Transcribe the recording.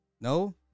No